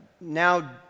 now